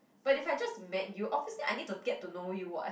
but if I just met you obviously I need to get to know you [what]